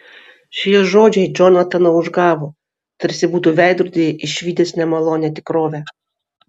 šie žodžiai džonataną užgavo tarsi būtų veidrodyje išvydęs nemalonią tikrovę